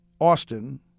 Austin